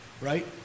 right